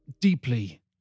deeply